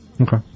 Okay